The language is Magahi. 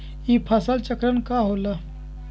ई फसल चक्रण का होला?